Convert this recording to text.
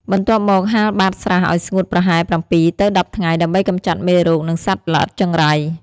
បន្ទាប់មក ហាលបាតស្រះឲ្យស្ងួតប្រហែល ៧ ទៅ ១០ ថ្ងៃ ដើម្បីកម្ចាត់មេរោគ និងសត្វល្អិតចង្រៃ។